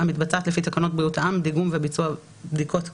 המתבצעת לפי תקנות בריאות העם (דיגום וביצוע בדיקות קורונה),